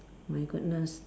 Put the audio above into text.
my goodness